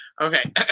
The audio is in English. Okay